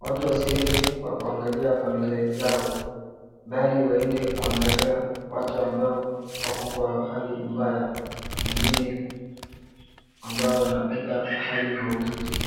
Watu wasiende kwa kuangalia familia zao bali waende kuangalia watu ambao wako kwa hali mbaya wengine ambao wanapita hali maututi.